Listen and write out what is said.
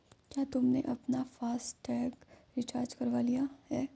क्या तुमने अपना फास्ट टैग रिचार्ज करवा लिया है?